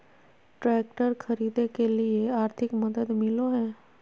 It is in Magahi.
ट्रैक्टर खरीदे के लिए आर्थिक मदद मिलो है?